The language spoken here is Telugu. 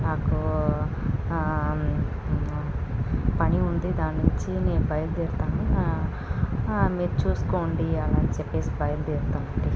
నాకు పని ఉంది దాని గురించి నేను బేయల్దేరుతున్నాను మీరు చూసుకోండి అలా అని చెప్పేసి బయల్దేరుతానండి